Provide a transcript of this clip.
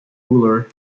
ruler